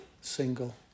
single